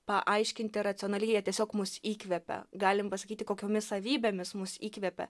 paaiškinti racionaliai jie tiesiog mus įkvepia galim pasakyti kokiomis savybėmis mus įkvepia